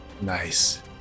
nice